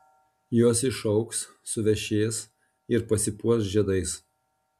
jos išaugs suvešės ir pasipuoš žiedais